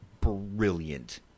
brilliant